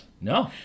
No